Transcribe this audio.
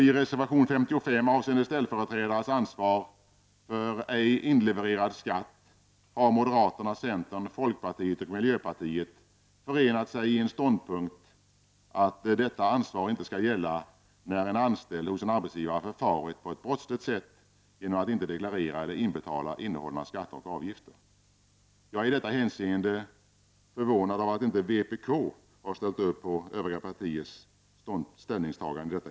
I reservation 55 avseende ställföreträdares ansvar för ej inlevererad skatt har moderaterna, centern, folkpartiet och miljöpartiet förenat sig i ståndpunkten att detta ansvar inte skall gälla när en anställd hos en arbetsgivare förfarit på ett brottsligt sätt genom att inte deklarera eller inte inbetala skatter och avgifter. Jag är i detta hänseende förvånad över att inte vpk har ställt upp på övriga partiers ställningstagande.